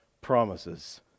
promises